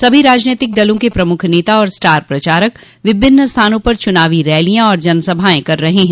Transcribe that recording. सभी राजनीतिक दलों के प्रमुख नेता और स्टार प्रचारक विभिन्न स्थानों पर चुनावी रैलियां और जनसभाएं कर रहे हैं